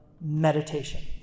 meditation